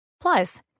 Plus